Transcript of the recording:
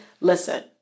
Listen